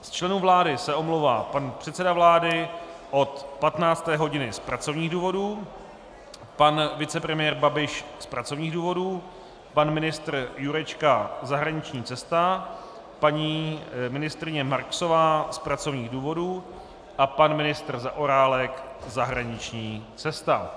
Z členů vlády se omlouvá pan předseda vlády od 15. hodiny z pracovních důvodů, pan vicepremiér Babiš z pracovních důvodů, pan ministr Jurečka zahraniční cesta, paní ministryně Marksová z pracovních důvodů a pan ministr Zaorálek zahraniční cesta.